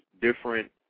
different